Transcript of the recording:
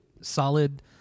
Solid